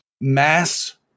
mass